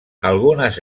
algunes